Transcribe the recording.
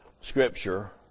scripture